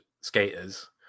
skaters